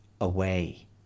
away